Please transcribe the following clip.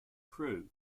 crewe